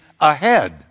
ahead